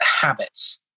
habits